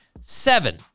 seven